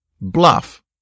bluff